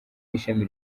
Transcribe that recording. ishami